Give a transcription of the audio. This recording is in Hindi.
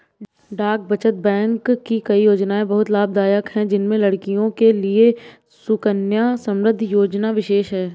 डाक बचत बैंक की कई योजनायें बहुत लाभदायक है जिसमें लड़कियों के लिए सुकन्या समृद्धि योजना विशेष है